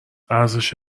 ارزش